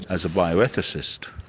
as a bioethicist.